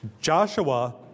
Joshua